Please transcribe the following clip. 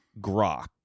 grok